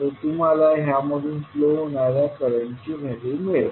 तर तुम्हाला ह्यामधून फ्लो होणाऱ्या करंटची व्हॅल्यू मिळेल